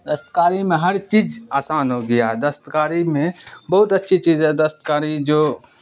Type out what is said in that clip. دستکاری میں ہر چیز آسان ہو گیا ہے دستکاری میں بہت اچھی چیز ہے دستکاری جو